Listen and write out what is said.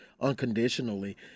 unconditionally